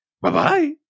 Bye-bye